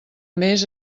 més